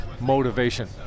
motivation